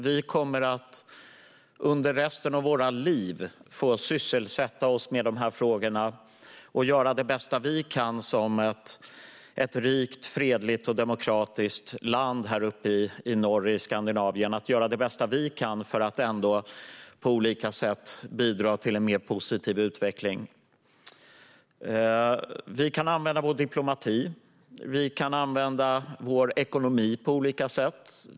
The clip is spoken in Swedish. Vi kommer under resten av våra liv att få sysselsätta oss med de här frågorna och göra det bästa vi kan som ett rikt, fredligt och demokratiskt land uppe i Skandinavien för att ändå på olika sätt bidra till en mer positiv utveckling. Vi kan använda vår diplomati. Vi kan använda vår ekonomi på olika sätt.